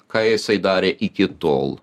ką jisai darė iki tol